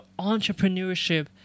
entrepreneurship